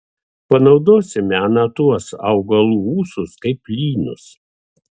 panaudosime ana tuos augalų ūsus kaip lynus